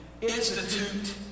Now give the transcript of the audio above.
institute